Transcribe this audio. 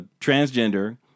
transgender